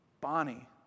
Bonnie